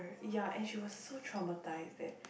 ya and she was so traumatized that